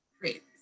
Great